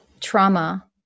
trauma